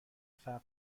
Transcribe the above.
فقر